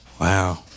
Wow